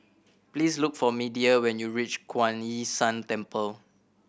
please look for Media when you reach Kuan Yin San Temple